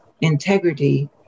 integrity